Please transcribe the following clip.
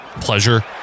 pleasure